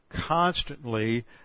constantly